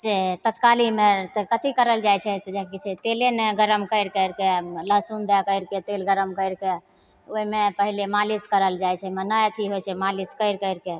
से तत्कालीमे से कथी करल जाइ छै तऽ जा कि कहै छै तेले ने गरम करि करिके आओर लहसुन रगड़िके तेल गरम करिके ओहिमे पहिले मालिश करल जाइ छै नहि अथी होइ छै मालिश करि करिके